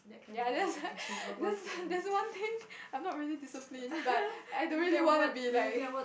ya that's that's that's one thing I'm not really disciplined but I don't really wanna be like